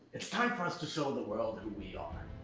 it's time for us to show the world who we are.